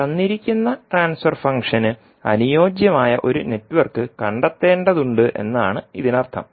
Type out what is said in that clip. തന്നിരിക്കുന്ന ട്രാൻസ്ഫർ ഫംഗ്ഷന് അനുയോജ്യമായ ഒരു നെറ്റ്വർക്ക് കണ്ടെത്തേണ്ടതുണ്ട് എന്നാണ് ഇതിനർത്ഥം